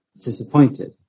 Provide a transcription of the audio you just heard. disappointed